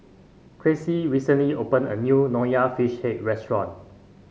Crissie recently opened a new Nonya Fish Head restaurant